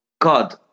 god